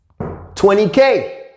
20K